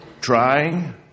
trying